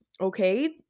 okay